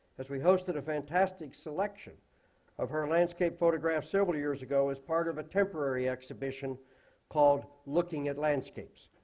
as we hosted a fantastic selection of her landscape photographs several years ago as part of a temporary exhibition called, looking at landscapes.